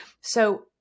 So-